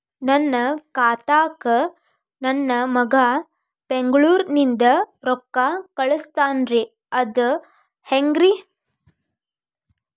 ನನ್ನ ಖಾತಾಕ್ಕ ನನ್ನ ಮಗಾ ಬೆಂಗಳೂರನಿಂದ ರೊಕ್ಕ ಕಳಸ್ತಾನ್ರಿ ಅದ ಹೆಂಗ್ರಿ?